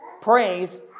praise